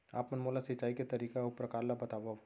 आप मन मोला सिंचाई के तरीका अऊ प्रकार ल बतावव?